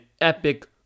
epic